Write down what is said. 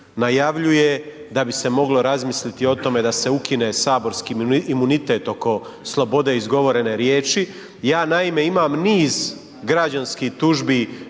najavljuje da bi se moglo razmisliti o tome da se ukine saborski imunitet oko slobode izgovorene riječi. Ja naime imam niz građanskih tužbi